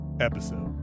episode